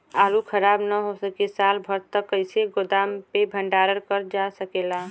आलू खराब न हो सके साल भर तक कइसे गोदाम मे भण्डारण कर जा सकेला?